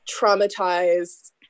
traumatized